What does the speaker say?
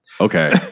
Okay